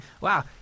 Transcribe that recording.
Wow